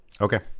Okay